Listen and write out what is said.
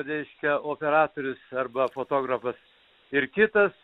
reiškia operatorius arba fotografas ir kitas